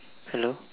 hello